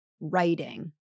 writing